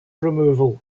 removal